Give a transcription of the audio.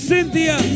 Cynthia